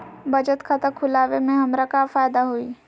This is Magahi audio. बचत खाता खुला वे में हमरा का फायदा हुई?